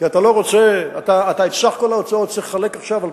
ואני לא רוצה שמחר יהיה,